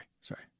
sorry